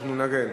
אנחנו נגן.